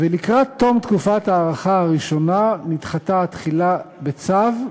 ולקראת תום תקופת ההארכה הראשונה נדחתה התחילה בצו,